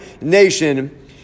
nation